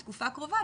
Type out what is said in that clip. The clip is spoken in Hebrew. בתקופה הקרובה,